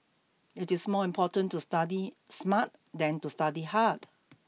it is more important to study smart than to study hard